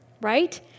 right